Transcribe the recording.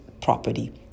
property